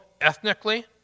ethnically